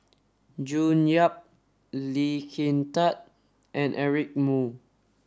June Yap Lee Kin Tat and Eric Moo